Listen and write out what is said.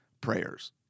prayers